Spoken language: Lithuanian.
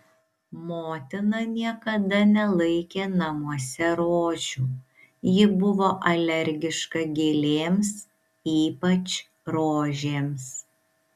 motina niekada nelaikė namuose rožių ji buvo alergiška gėlėms ypač rožėms